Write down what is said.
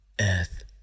Earth